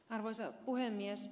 arvoisa puhemies